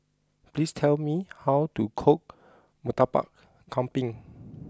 please tell me how to cook Murtabak Kambing